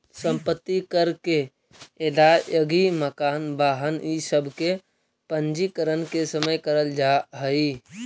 सम्पत्ति कर के अदायगी मकान, वाहन इ सब के पंजीकरण के समय करल जाऽ हई